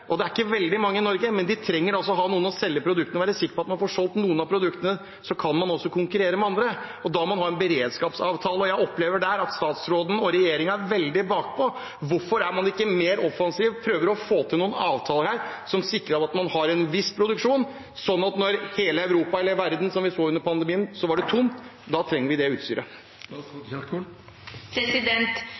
det er ikke veldig mange i Norge – trenger å ha noen å selge produktene til og å være sikre på at de får solgt noen av produktene sine. Da kan man også konkurrere med andre. Da må man ha en beredskapsavtale. Jeg opplever at statsråden og regjeringen er veldig bakpå. Hvorfor er man ikke mer offensiv og prøver å få til noen avtaler som sikrer at man har en viss produksjon? Vi så det under pandemien da det var tomt i hele Europa og i verden. Da trengte vi